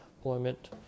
employment